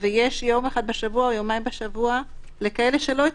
ויש יום אחד בשבוע או יומיים בשבוע לכאלה שלא התחסנו,